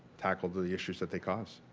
tackle the the issues that they cause.